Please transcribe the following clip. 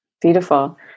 Beautiful